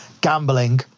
Gambling